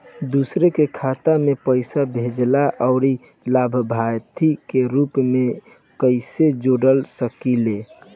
दूसरे के खाता में पइसा भेजेला और लभार्थी के रूप में कइसे जोड़ सकिले?